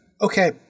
Okay